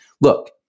look